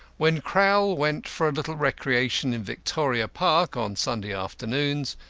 when crowl went for a little recreation in victoria park on sunday afternoons,